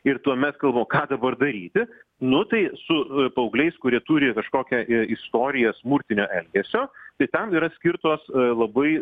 ir tuomet galvojam ką dabar daryti nu tai su paaugliais kurie turi kažkokią istoriją smurtinio elgesio tai tam yra skirtos labai